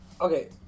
Okay